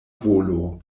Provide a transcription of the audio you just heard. volo